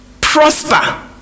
prosper